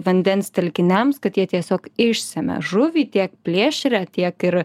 vandens telkiniams kad jie tiesiog išsemia žuvį tiek plėšrią tiek ir